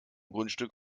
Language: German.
grundstück